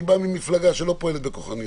אני בא ממפלגה שלא פועלת בכוחניות,